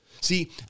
See